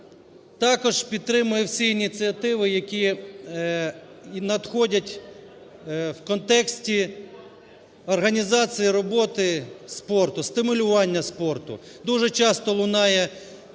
Також підтримає всі ініціативи, які надходять в контексті організації роботи спорту, стимулювання спорту. Дуже часто лунає